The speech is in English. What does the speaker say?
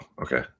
okay